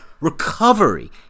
Recovery